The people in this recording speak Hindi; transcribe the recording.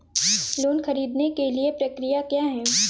लोन ख़रीदने के लिए प्रक्रिया क्या है?